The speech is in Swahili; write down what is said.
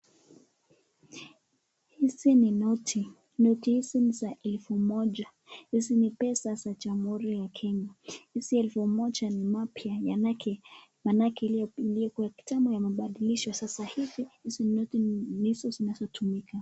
Hizi ni noti. Noti hizi ni za elfu moja. Hizi ni pesa za jamhuri ya Kenya. Hizi elfu moja ni mapya manake iliokuwa ya kitambo yamebadilishwa sasa hivi hizi noti ni hizo zinazotumika.